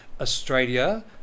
Australia